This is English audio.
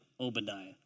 Obadiah